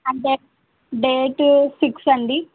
అంటే date six అండి